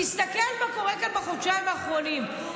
תסתכל מה קורה כאן בחודשיים האחרונים.